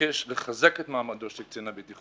מבקש לחזק את מעמדו של קצין הבטיחות,